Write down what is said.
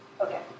okay